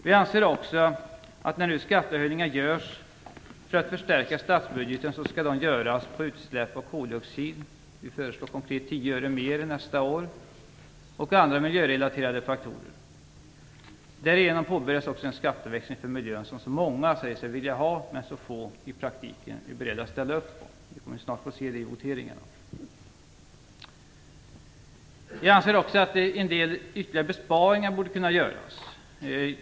Vi anser också att de skattehöjningar som görs för att förstärka statsbudgeten skall göras på utsläpp av koldioxid - vi föreslår konkret 10 öre mer nästa år - och andra miljörelaterade faktorer. Därigenom påbörjas också en skatteväxling för miljön som så många säger sig vilja ha men så få i praktiken är beredda att ställa upp på. Vi kommer snart att få se det i voteringen. Vi anser också att en del ytterligare besparingar borde kunna göras.